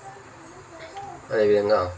అదేవిధంగా